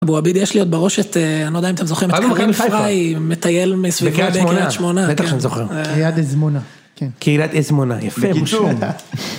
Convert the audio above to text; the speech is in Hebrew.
אבו עביד יש לי עוד בראש את, אני לא יודע אם אתם זוכרים, את קרים פריי, מטייל מסביבו בקרית שמונה, בטח שאני זוכר. קהילת אזמונה. קהילת אזמונה, יפה מושלם.